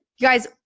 guys